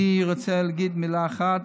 אני רוצה להגיד מילה אחת,